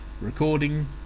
Recording